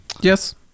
Yes